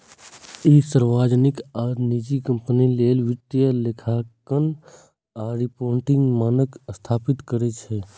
ई सार्वजनिक आ निजी कंपनी लेल वित्तीय लेखांकन आ रिपोर्टिंग मानक स्थापित करै छै